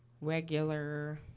regular